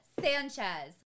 Sanchez